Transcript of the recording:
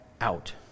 out